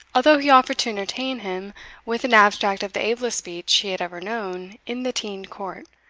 although he offered to entertain him with an abstract of the ablest speech he had ever known in the teind court,